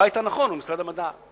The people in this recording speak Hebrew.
הבית הנכון הוא משרד המדע.